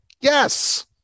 Yes